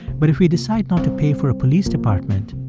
but if we decide not to pay for a police department,